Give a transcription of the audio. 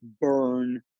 burn